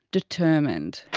determined.